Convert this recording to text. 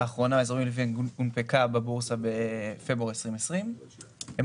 אזורים ליבינג הונפקה בבורסה בפברואר 2020. הן